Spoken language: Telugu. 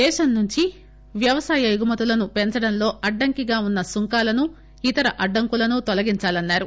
దేశం నుంచి వ్యవసాయ ఎగుమతులను పెంచడంలో అడ్డంకిగా ఉన్న సుంకాలను ఇతర అడ్డంకులను తొలగించాలని అన్నారు